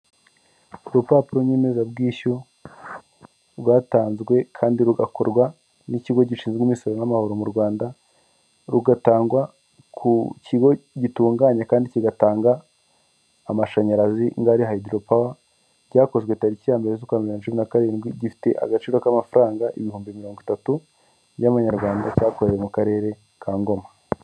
Urupapuro nyemezabwishyu rwatanzwe kandi rugakorwa n'ikigo gishinzwe imisoro n'amahoro mu Rwanda rugatangwa ku kigo gitunganya kandi kigatanga amashanyarazi ngari hydro power cyakozwe tariki ya mbere z'ukwambere bibiri na cumi na karindwi gifite agaciro k'amafaranga ibihumbi mirongo itatu y'amanyarwanda cyakorewe mu karere ka Ngoma.